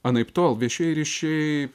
anaiptol viešieji ryšiai